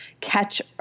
catch